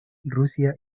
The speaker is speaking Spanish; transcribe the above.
rusia